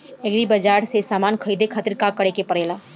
Agri बाज़ार से समान ख़रीदे खातिर का करे के पड़ेला?